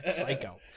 psycho